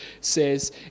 says